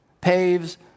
paves